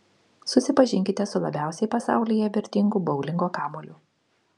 susipažinkite su labiausiai pasaulyje vertingu boulingo kamuoliu